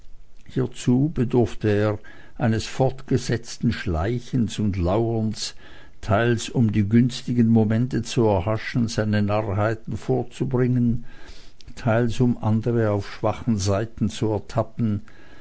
hiezu bedurfte er eines fortgesetzten schleichens und lauerns teils um die günstigen momente zu erhaschen seine narrheiten vorzubringen teils um andere auf schwachen seiten zu ertappen